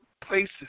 places